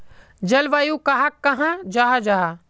जलवायु कहाक कहाँ जाहा जाहा?